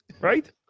Right